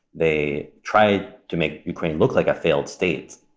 they try to make ukraine look like a failed state.